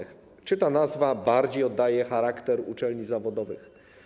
Czy ta nazwa bardziej oddaje charakter uczelni zawodowych?